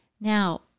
Now